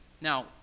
Now